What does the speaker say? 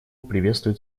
приветствует